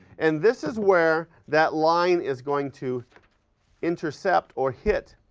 and this is where that line is going to intercept or hit